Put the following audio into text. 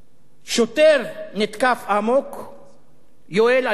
שוטר, יואל אלמוג,